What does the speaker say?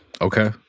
Okay